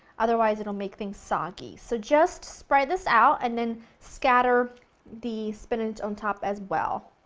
otherwise it'll make things soggy. so just spread this out and then scatter the spinach on top as well.